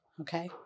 okay